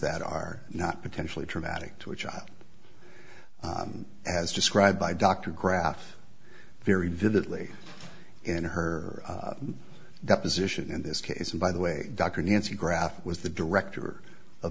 that are not potentially traumatic to a child as described by dr graf very vividly in her deposition in this case and by the way dr nancy graf was the director